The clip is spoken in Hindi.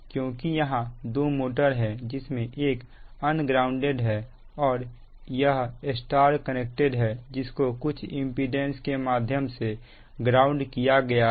क्योंकि यहां दो मोटर है जिसमें एक अनग्राउंडेड है और यह Y कनेक्टेड है जिसको कुछ इंपीडेंस के माध्यम से ग्राउंड किया गया है